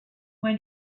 when